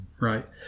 Right